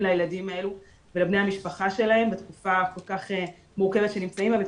לילדים האלו ולבני המשפחה שלכם בתקופה הכול כך מורכבת שהם נמצאים בה,